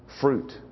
fruit